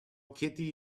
kitty